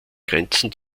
grenzen